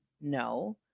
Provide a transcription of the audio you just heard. No